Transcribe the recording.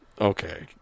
Okay